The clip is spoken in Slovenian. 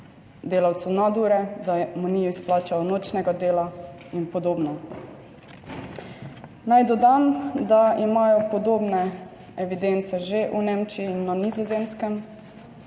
delavcu nadure, da mu ni izplačal nočnega dela in podobno. Naj dodam, da imajo podobne evidence že v Nemčiji in na Nizozemskem,